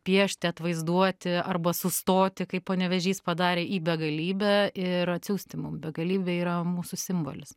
piešti atvaizduoti arba sustoti kaip panevėžys padarė į begalybę ir atsiųsti mum begalybė yra mūsų simbolis